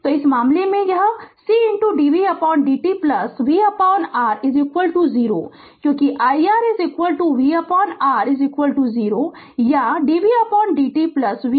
तो इस मामले में यह C dv dt vR 0 है क्योंकि iR vR 0 या dv dt vRC 0